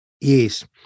Yes